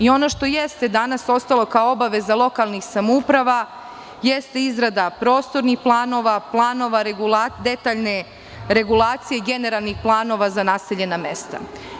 Ono što jeste danas ostalo kao obaveza lokalnih samouprava jeste izrada prostornih planova, planova detaljne regulacije, generalnih planova za naseljena mesta.